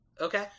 Okay